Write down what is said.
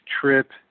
trip